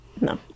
No